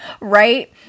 right